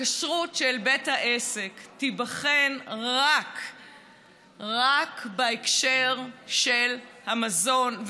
הכשרות של בית העסק תיבחן רק בהקשר של המזון,